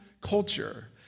culture